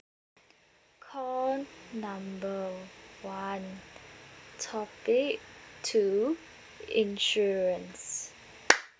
call number one topic two insurance